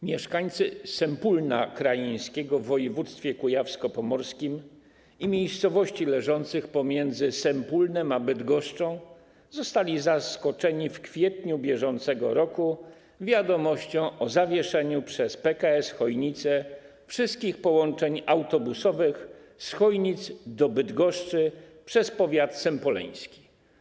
Mieszkańcy Sępólna Krajeńskiego w województwie kujawsko-pomorskim i miejscowości leżących pomiędzy Sępólnem a Bydgoszczą zostali zaskoczeni w kwietniu br. wiadomością o zawieszeniu przez PKS Chojnice wszystkich połączeń autobusowych z Chojnic do Bydgoszczy przez powiat sępoleński.